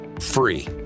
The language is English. free